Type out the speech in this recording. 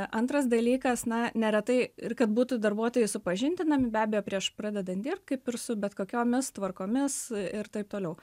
antras dalykas na neretai ir kad būtų darbuotojai supažindinami be abejo prieš pradedant dirbt kaip ir su bet kokiomis tvarkomis ir taip toliau